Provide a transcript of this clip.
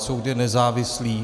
Soud je nezávislý.